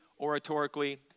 oratorically